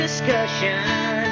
Discussion